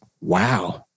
Wow